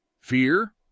fear